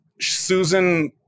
Susan